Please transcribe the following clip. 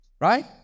right